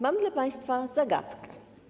Mam dla państwa zagadkę.